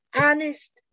honest